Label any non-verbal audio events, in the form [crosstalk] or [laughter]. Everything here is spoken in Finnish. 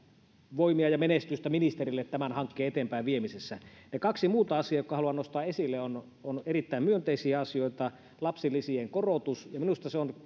voimia ja menestystä ministerille tämän hankkeen eteenpäin viemisessä ne kaksi muuta asiaa jotka haluan nostaa esille ovat erittäin myönteisiä asioita lapsilisien korotus minusta se on [unintelligible]